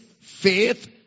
faith